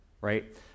right